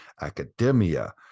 academia